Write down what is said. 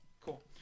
cool